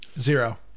Zero